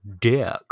Dick